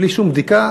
בלי שום בדיקה,